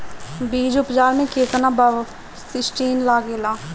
बीज उपचार में केतना बावस्टीन लागेला?